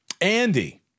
Andy